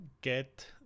get